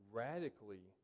radically